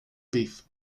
beef